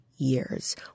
years